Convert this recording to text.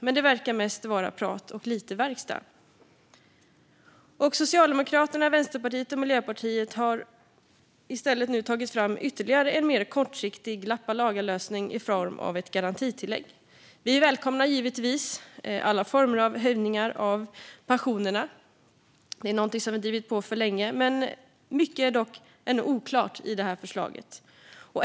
Men det verkar mest vara prat och inte så mycket verkstad. Socialdemokraterna, Vänsterpartiet och Miljöpartiet har nu i stället tagit fram ytterligare en kortsiktig lappa-och-laga-lösning i form av ett garantitillägg. Vi välkomnar givetvis alla former av höjningar av pensionerna. Det är någonting som vi länge har drivit på för. Mycket är dock ännu oklart i detta förslag.